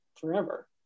forever